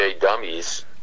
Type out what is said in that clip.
dummies